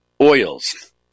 oils